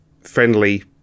friendly